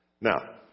Now